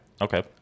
Okay